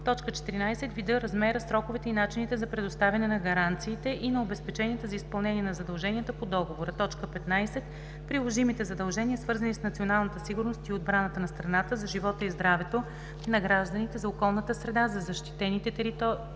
14. вида, размера, сроковете и начините за предоставяне на гаранциите и на обезпеченията за изпълнение на задълженията по договора; 15. приложимите задължения, свързани с националната сигурност и отбраната на страната, за живота и здравето на гражданите, за околната среда, за защитените територии,